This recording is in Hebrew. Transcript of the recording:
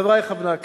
חברי חברי הכנסת,